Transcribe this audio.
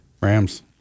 Rams